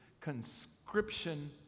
conscription